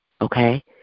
okay